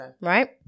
right